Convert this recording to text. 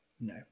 No